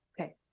Okay